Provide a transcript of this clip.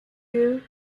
you